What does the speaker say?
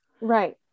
Right